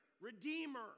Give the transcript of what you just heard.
redeemer